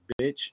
bitch